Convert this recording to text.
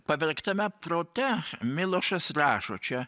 pavergtame prote milošas rašo čia